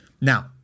now –